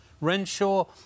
Renshaw